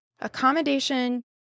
accommodation